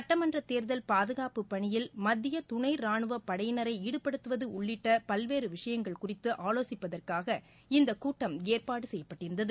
சட்டமன்றத் தேர்தல் பாதுகாப்புப் பணியில் ஈடுபடுத்தப்பட உள்ள மத்திய துணை ரானுவப் படையினரை ஈடுபடுத்துவது உள்ளிட்ட பல்வேறு விஷயங்கள் குறித்து ஆலோசிப்பதற்காக இந்தக் கூட்டம் ஏற்பாடு செய்யப்பட்டிருந்தது